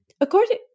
according